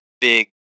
big